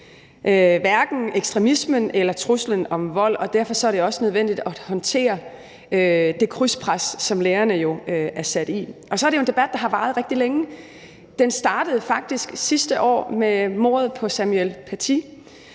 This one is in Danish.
hverken ekstremisme eller trusler om vold, og derfor er det også nødvendigt at håndtere det krydspres, som lærerne er udsat for. Det er en debat, der har varet rigtig længe. Den startede faktisk sidste år med mordet på Samuel Paty.